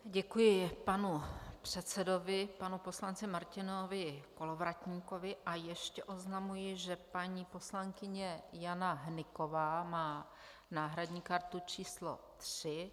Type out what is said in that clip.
Děkuji panu předsedovi panu poslanci Martinovi Kolovratníkovi a ještě oznamuji, že paní poslankyně Jana Hnyková má náhradní kartu číslo 3.